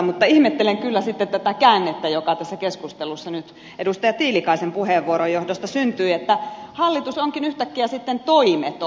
mutta ihmettelen kyllä sitten tätä käännettä joka tässä keskustelussa nyt edustaja tiilikaisen puheenvuoron johdosta syntyi että hallitus onkin yhtäkkiä sitten toimeton